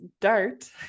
dart